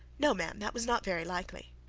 no, ma'am that was not very likely.